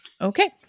okay